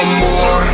more